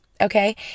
Okay